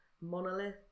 monolith